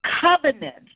covenant